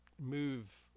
move